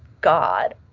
god